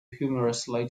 humorously